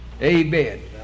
Amen